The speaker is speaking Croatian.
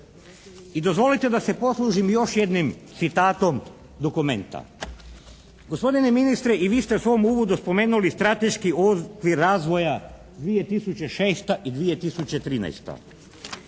I dozvolite da se poslužim još jednim citatom dokumenta. Gospodine ministre i vi ste u svom uvodu spomenuli strateški okvir razvoja 2006. i 2013.